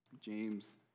James